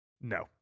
no